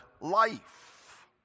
life